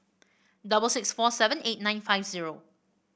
double six four seven eight nine five zero